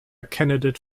candidate